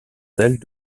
sels